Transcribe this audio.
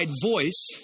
voice